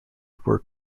were